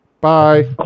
Bye